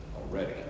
already